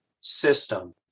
system